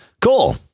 cool